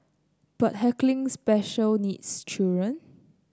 but heckling special needs children